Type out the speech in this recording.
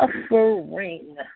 suffering